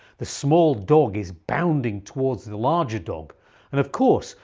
the small dog is bounding towards the larger dog and of course,